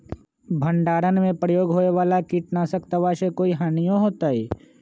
भंडारण में प्रयोग होए वाला किट नाशक दवा से कोई हानियों होतै?